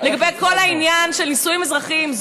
לגבי כל העניין של נישואים אזרחיים.